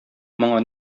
моңа